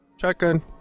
Shotgun